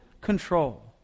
control